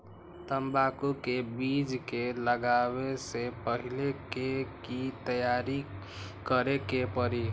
तंबाकू के बीज के लगाबे से पहिले के की तैयारी करे के परी?